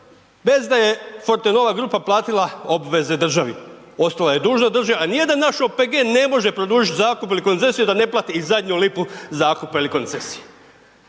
bez da je Fortenova grupa platila obveze države. Ostala je dužna državi. A nijedan naš OPG ne može produžiti zakup ili koncesiju da ne plati zadnju lipu zakupa ili koncesije.